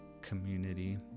community